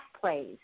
plays